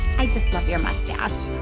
i just love your mustache.